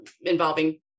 involving